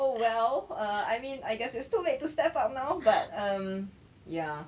oh well err I mean I guess it's too late to step out now but um ya